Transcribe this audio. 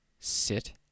sit